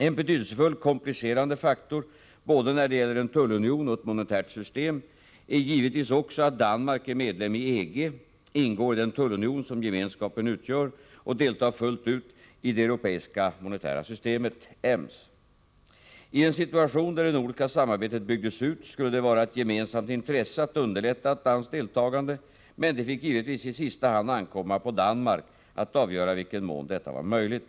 En betydelsefull, komplicerande faktor, både när det gäller en tullunion och ett monetärt system, är givetvis också att Danmark är medlem i EG, ingår i den tullunion som gemenskapen utgör och fullt ut deltar i det europeiska monetära systemet . I en situation där det nordiska samarbetet byggdes ut skulle det vara ett gemensamt intresse att underlätta ett danskt deltagande, men det fick givetvis i sista hand ankomma på Danmark att avgöra i vilken mån detta skulle vara möjligt.